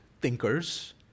thinkers